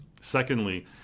Secondly